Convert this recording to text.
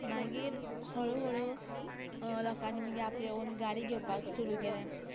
मागीर हळू हळू लोकांनीं मागीर आपल्यो ओन गाडी घेवपाक सुरु केलें